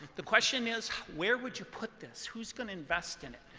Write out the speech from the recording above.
the question is, where would you put this? who's going to invest in it?